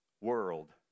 world